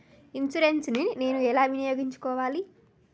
Insurance ని నేను ఎలా వినియోగించుకోవాలి?